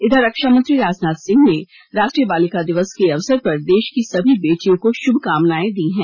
इधर रक्षामंत्री राजनाथ सिंह ने राष्ट्रीय बालिका दिवस के अवसर पर देश की सभी बेटियों को श्भकामनाएं दी हैं